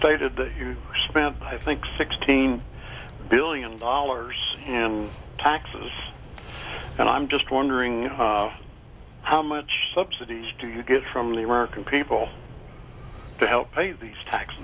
stated that you spent i think sixteen billion dollars in taxes and i'm just wondering how much subsidies do you get from the american people to help pay the tax